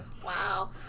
Wow